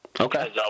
Okay